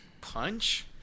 punch